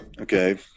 okay